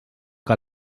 que